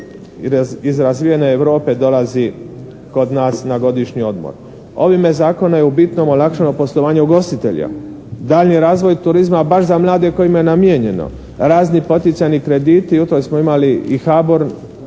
iz razvijene Europe dolazi kod nas na godišnji odmor. Ovime zakonom je u bitno olakšano poslovanje ugostitelja. Daljnji razvoj turizma baš za mlade kojima je namijenjeno, razni poticajni krediti, u to smo imali i HBOR,